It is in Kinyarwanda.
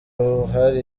buhari